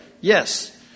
Yes